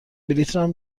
بلیطم